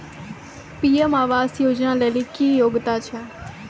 PM आवास योजना लेली की योग्यता छै?